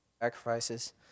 sacrifices